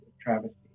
travesty